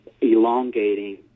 elongating